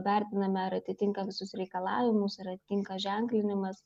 vertiname ar atitinka visus reikalavimus ir atitinka ženklinimas